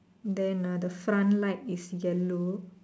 then ah the front light is yellow